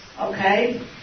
Okay